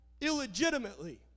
illegitimately